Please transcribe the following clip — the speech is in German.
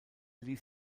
ließ